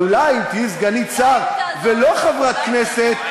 אבל אולי אם תהיי סגנית ולא חברת כנסת,